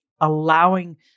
allowing